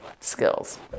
skills